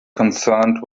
concerned